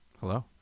Hello